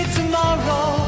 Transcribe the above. tomorrow